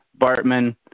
Bartman